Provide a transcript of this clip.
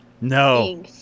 No